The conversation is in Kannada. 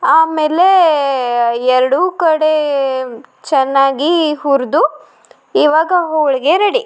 ಆಮೇಲೆ ಎರಡೂ ಕಡೆ ಚೆನ್ನಾಗಿ ಹುರಿದು ಇವಾಗ ಹೋಳಿಗೆ ರೆಡಿ